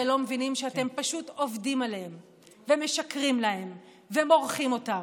לא מבינים שאתם פשוט עובדים עליהם ומשקרים להם ומורחים אותם?